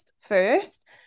first